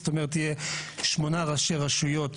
זאת אומרת יהיו שמונה ראשי רשויות